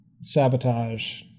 sabotage